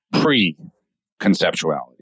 pre-conceptuality